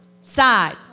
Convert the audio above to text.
side